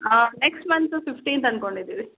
ಹಾಂ next month fifteenth ಅನ್ಕೊಂಡಿದ್ದೀವಿ